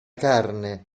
carne